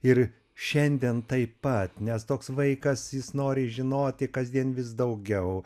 ir šiandien taip pat nes toks vaikas jis nori žinoti kasdien vis daugiau